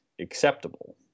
acceptable